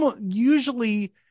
usually